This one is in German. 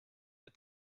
mit